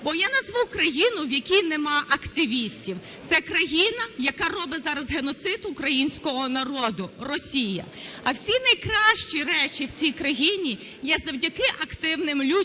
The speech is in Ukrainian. бо я назву країну, в якій немає активістів. Це країна, яка робить зараз геноцид українського народу – Росія. А всі найкращі речі в цій країні є завдяки активним людям